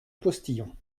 postillon